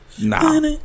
Nah